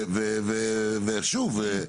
ושוב,